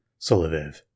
Solovev